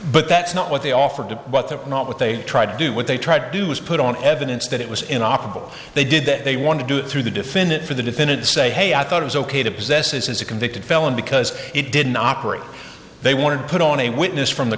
but that's not what they offered to what they're not what they tried to do what they tried to do was put on evidence that it was in operable they did that they want to do it through the defendant for the defendant say hey i thought it was ok to possess is a convicted felon because it didn't operate they wanted put on a witness from the